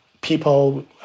people